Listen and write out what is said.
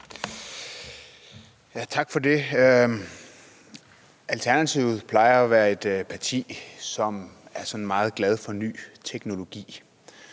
Tak for det. Alternativet plejer at være et parti, som er sådan meget glad for ny teknologi,